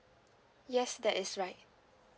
yes that is right